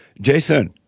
Jason